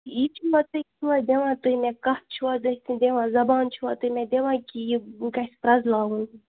یہِ چھُوا تُہۍ مےٚ دِوان تُہۍ مےٚ کَتھ چھُوا تُہۍ مےٚ دِوان زبان چھِوا تُہۍ مےٚ دِوان کہِ یہِ گَژھِ پرٛٮ۪زلاوُن